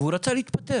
והוא רצה להתפטר.